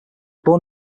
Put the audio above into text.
born